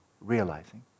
realizing